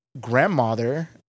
Grandmother